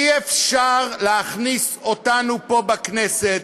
אי-אפשר להכניס אותנו פה בכנסת